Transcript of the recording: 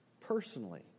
personally